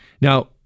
Now